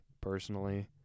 personally